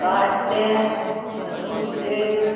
काट्यात मुड्डेर